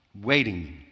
waiting